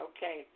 Okay